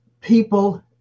people